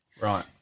right